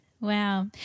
wow